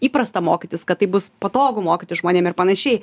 įprasta mokytis kad taip bus patogu mokytis žmonėm ir panašiai